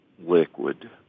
liquid